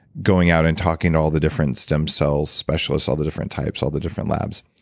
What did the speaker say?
going out and talking to all the different stem cells specialists, all the different types, all the different labs.